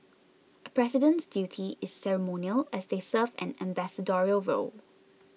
a president's duty is ceremonial as they serve an ambassadorial role